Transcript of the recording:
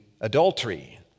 adultery